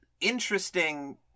interesting